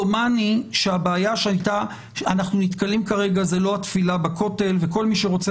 דומני שהבעיה שאנחנו נתקלים כרגע זו לא התפילה בכותל וכל מי שרוצה